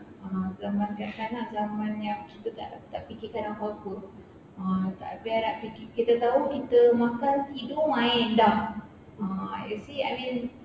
ah zaman kanak-kanak zaman yang kita tak fikirkan apa-apa ah tak payah nak fikir kita tahu kita makan tidur main dah ah you see I mean